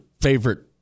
favorite